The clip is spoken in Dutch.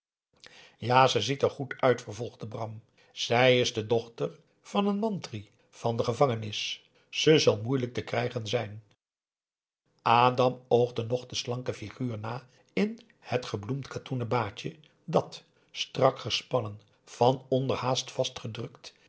ja ze ziet er goed uit vervolgde bram zij is de dochter van een mantri van de gevangenis ze zal moeilijk te krijgen zijn adam oogde nog de slanke figuur na in het gebloemd katoenen baadje dat strak gespannen van onder haast vastgedrukt